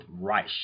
reich